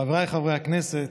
חבריי חברי הכנסת,